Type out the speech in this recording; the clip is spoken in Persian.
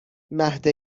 مهد